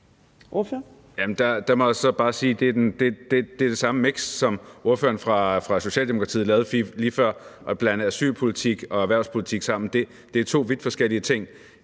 det er det samme miks, som ordføreren fra Socialdemokratiet lavede lige før, nemlig at blande asylpolitik og erhvervspolitik sammen. Det er to vidt forskellige ting.